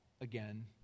again